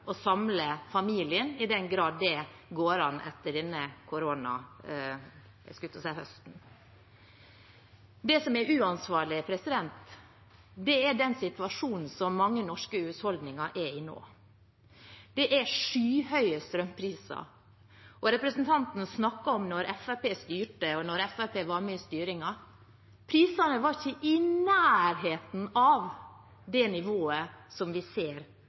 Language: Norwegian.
å kjøpe julepresanger, og for om de skal ha råd til å samle familien, i den grad det går an i denne koronasituasjonen. Det som er uansvarlig, er den situasjonen som mange norske husholdninger er i nå. Det er skyhøye strømpriser. Representanten snakker om da Fremskrittspartiet var med og styrte. Prisene var ikke i nærheten av det nivået som vi ser